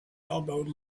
elbowed